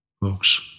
Folks